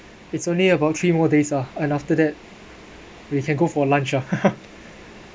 it's only about three more days ah and after that we can go for lunch ah